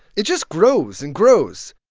it just grows and grows.